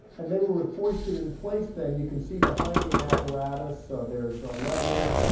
and they were ah hoisted in place then. you can see behind me an apparatus. there's levers,